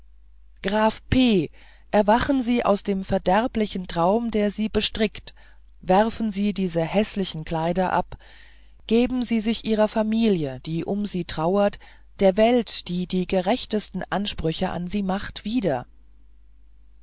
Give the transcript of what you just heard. graf p erwachen sie aus dem verderblichen traum der sie bestrickt werfen sie diese gehässigen kleider ab geben sie sich ihrer familie die um sie trauert der welt die die gerechtesten ansprüche an sie macht wieder